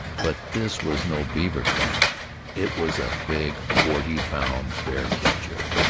but this was no beaver-trap it was a big forty-pound bear-catcher,